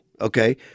Okay